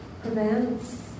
prevents